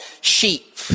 sheep